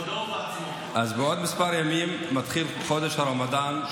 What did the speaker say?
אז בעוד כמה ימים מתחיל חודש הרמדאן,